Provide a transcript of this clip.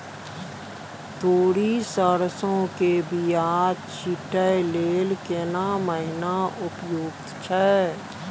तोरी, सरसो के बीया छींटै लेल केना महीना उपयुक्त छै?